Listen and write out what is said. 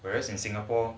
whereas in singapore